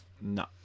No